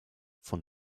von